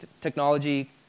technology